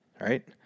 right